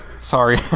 Sorry